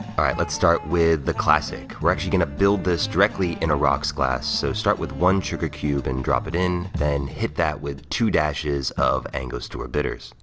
alright, let's start with the classic. we're actually gonna build this directly in a rocks glass. so start with one sugar cube, and drop it in, then hit that with two dashes of angostura bitters.